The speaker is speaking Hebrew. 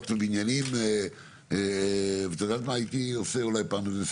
מקניון איילון, מהכול.